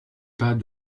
pas